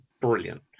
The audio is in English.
brilliant